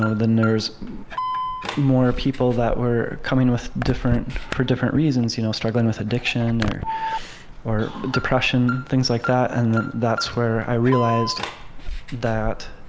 and there's more people that were coming with different for different reasons, you know struggling with addiction or or depression, things like that. and that's where i realized that